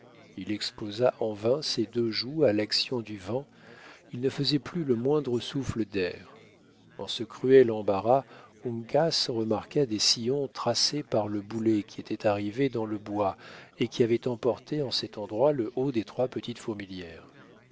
il exposa en vain ses deux joues à l'action du vent il ne faisait plus le moindre souffle d'air en ce cruel embarras uncas remarqua des sillons tracés par le boulet qui était arrivé dans le bois et qui avait emporté en cet endroit le haut de trois petites fourmilières